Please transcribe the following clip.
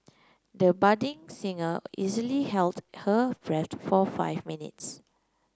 the budding singer easily held her breath for five minutes